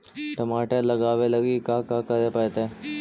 टमाटर लगावे लगी का का करये पड़तै?